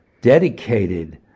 dedicated